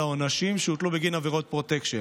העונשים שהוטלו בגין עבירות של פרוטקשן.